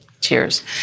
Cheers